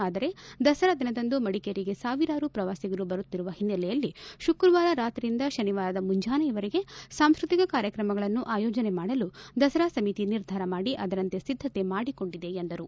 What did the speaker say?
ಆದರೆ ದಸರಾ ದಿನದಂದು ಮಡಿಕೇರಿಗೆ ಸಾವಿರಾರು ಪ್ರವಾಸಿಗರು ಬರುತ್ತಿರುವ ಹಿನ್ನೆಲೆಯಲ್ಲಿ ಶುಕ್ರವಾರ ರಾತ್ರಿಯಿಂದ ಶನಿವಾರದ ಮುಂಜಾನೆವರೆಗೆ ಸಾಂಸ್ಕತಿಕ ಕಾರ್ಯಕ್ರಮಗಳನ್ನು ಆಯೋಜನೆ ಮಾಡಲು ದಸರಾ ಸಮಿತಿ ನಿರ್ಧಾರ ಮಾಡಿ ಅದರಂತೆ ಸಿದ್ದತೆ ಮಾಡಿಕೊಂಡಿದೆ ಎಂದರು